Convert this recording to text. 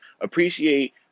appreciate